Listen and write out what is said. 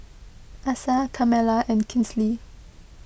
Asa Carmela and Kinsley